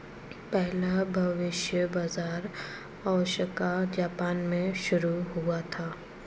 पहला भविष्य बाज़ार ओसाका जापान में शुरू हुआ था